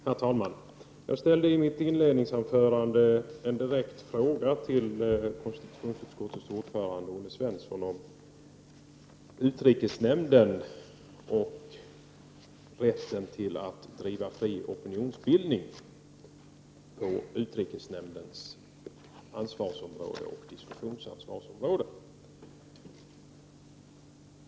Herr talman! Jag ställde i mitt inledningsanförande en direkt fråga till konstitutionsutskottets ordförande Olle Svensson om utrikesnämnden och rätten att bedriva fri opinionsbildning på utrikesnämndens ansvarsområde och diskussionsansvarsområde.